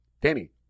danny